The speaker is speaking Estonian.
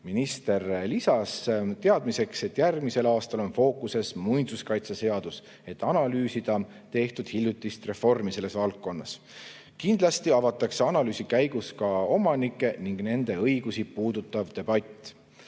Minister lisas teadmiseks, et järgmisel aastal on fookuses muinsuskaitseseadus, et analüüsida hiljuti selles valdkonnas tehtud reformi. Kindlasti avatakse analüüsi käigus ka omanikke ning nende õigusi puudutav debatt.